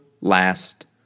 last